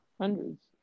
hundreds